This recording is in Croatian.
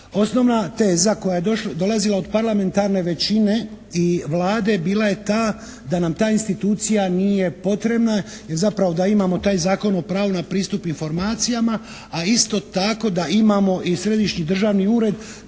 Osnovna teza koja je dolazila od parlamentarne većine i Vlade bila je ta da nam ta institucija nije potrebna, jer zapravo da imamo taj Zakon o pravu na pristup informacijama, a isto tako da imamo i Središnji državni ured